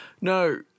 No